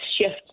shift